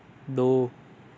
دو